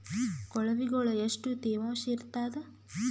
ಕೊಳವಿಗೊಳ ಎಷ್ಟು ತೇವಾಂಶ ಇರ್ತಾದ?